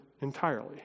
entirely